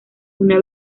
una